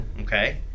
Okay